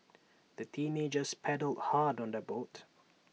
the teenagers paddled hard on their boat